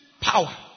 power